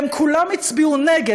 והם כולם הצביעו נגד.